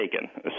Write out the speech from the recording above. taken